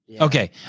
Okay